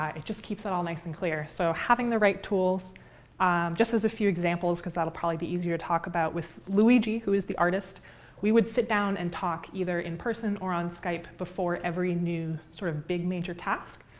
it just keeps all nice and clear. so having the right tools um just as a few examples, because that'll probably be easier talk about with luigi, who is the artist we would sit down and talk either in person or on skype before every new sort of big major task.